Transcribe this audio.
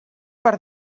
per